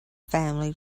family